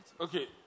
Okay